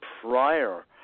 prior